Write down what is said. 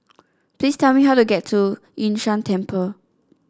please tell me how to get to Yun Shan Temple